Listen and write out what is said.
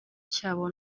cyabo